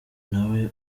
ntawe